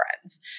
friends